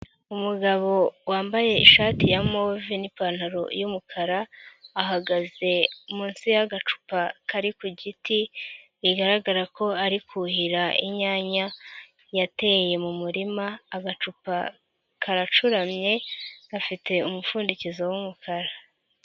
Umugabo wambaye ishati ya move nipantaro y'umukara ahagaze munsi y'agacupa kari ku giti bigaragara ko ari kuhira inyanya yateye mu murima, agacupa karacuramye gafite umupfundikizo w'umukara.